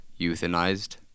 euthanized